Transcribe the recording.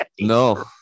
no